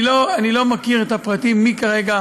אני לא מכיר את הפרטים, מי כרגע